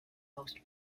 most